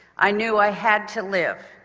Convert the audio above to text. i knew i had to live,